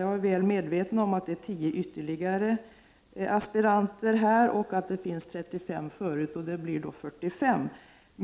Jag är väl medveten om att det blir fråga om 10 ytterligare aspiranter och att det tidigare finns 35, sammanlagt alltså 45.